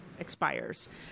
expires